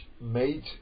made